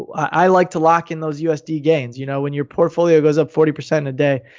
i like to lock in those usd gains, you know, when your portfolio was up forty percent a day.